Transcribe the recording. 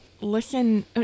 listen